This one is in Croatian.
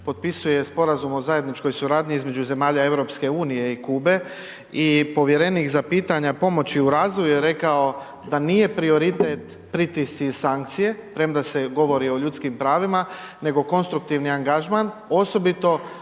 potpisuje Sporazum o zajedničkoj suradnji između zemalja EU i Kube i povjerenik za pitanja pomoći u razvoju je rekao da nije prioritet pritisci i sankcije, premda se govori o ljudskim pravima, nego konstruktivni angažman, osobito